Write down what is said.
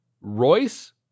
Royce